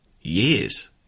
years